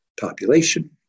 population